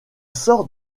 sort